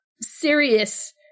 serious